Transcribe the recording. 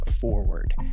forward